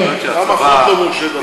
לא מורשה לעשות,